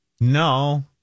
No